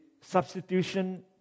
substitution